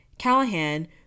Callahan